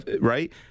right